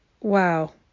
wow